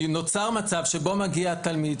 נוצר מצב שבו מגיע תלמיד,